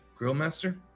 Grillmaster